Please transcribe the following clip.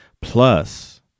Plus